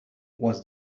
was